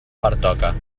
pertoca